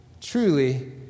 Truly